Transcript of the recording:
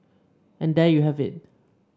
and there you have it